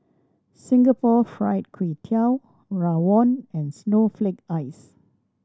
Singapore Fried Kway Tiao rawon and snowflake ice